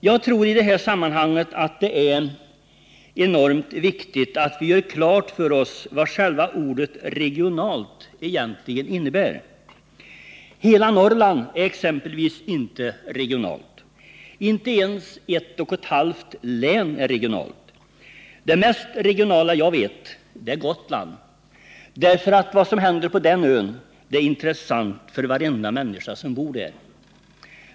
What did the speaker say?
Jag tror i det sammanhanget att det är enormt viktigt att vi gör klart för oss vad ordet ”regional” egentligen innebär. Norrland som helhet, exempelvis, är inte ett regionalt område. Inte ens ett och ett halvt län är ett regionalt område. Det mest regionala jag vet är Gotland. Vad som händer på den ön är nämligen intressant för varenda människa som bor där.